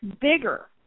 bigger